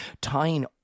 Tying